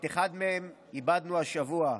את אחד מהם איבדנו השבוע,